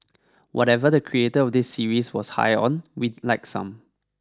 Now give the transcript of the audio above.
whatever the creator of this series was high on we'd like some